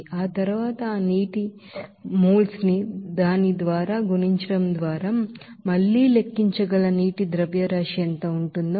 ఆ తర్వాత ఆ నీటి మోల్ ని దాని ద్వారా గుణించడం ద్వారా మళ్లీ లెక్కించగల నీటి ಮಾಸ್ ಫ್ಲೋ ರೇಟ್ ఎంత ఉంటుందో మీకు తెలుసు